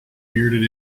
bearded